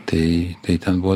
tai tai ten buvo